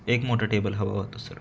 एक मोठं टेबल हवं होतं सर